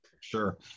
Sure